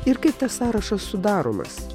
ir kaip tas sąrašas sudaromas